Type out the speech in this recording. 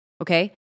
okay